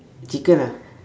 chicken ah